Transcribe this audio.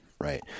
Right